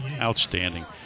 Outstanding